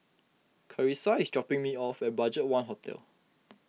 Karissa is dropping me off at Budgetone Hotel